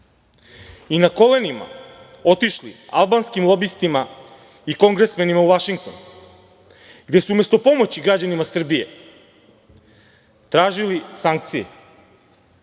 i na kolenima otišli albanskim lobistima i kongresmenima u Vašingtonu, gde su umesto pomoći građanima Srbije tražili sankcije. Može